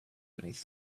beneath